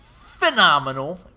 phenomenal